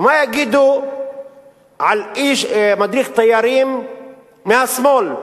ומה יגידו על מדריך תיירים מהשמאל,